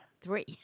three